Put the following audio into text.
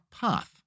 path